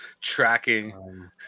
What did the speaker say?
tracking